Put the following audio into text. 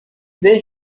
wer